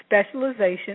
Specialization